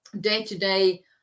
day-to-day